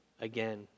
again